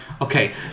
okay